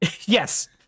Yes